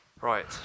right